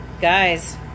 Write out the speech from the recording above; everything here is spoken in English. guys